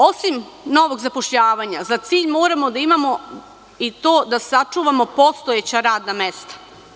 Osim novog zapošljavanja za cilj moramo da imamo i to da sačuvamo postojeća radna mesta.